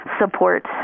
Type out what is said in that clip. support